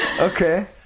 Okay